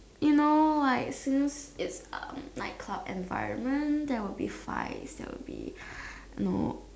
you know like since it's um night club environment there will be fights that will be no